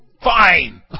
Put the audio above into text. Fine